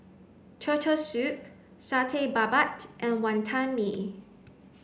turtle soup Satay Babat and Wantan Mee